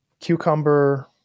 cucumber